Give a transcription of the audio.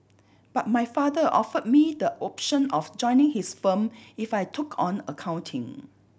but my father offered me the option of joining his firm if I took on accounting